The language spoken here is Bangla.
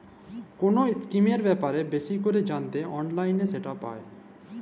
কল ইসকিমের ব্যাপারে বেশি ক্যরে জ্যানতে অললাইলে সেট পায়